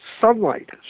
sunlight